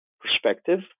perspective